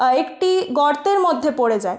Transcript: একটি গর্তের মধ্যে পড়ে যায়